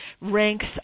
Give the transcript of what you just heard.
ranks